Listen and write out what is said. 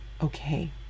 okay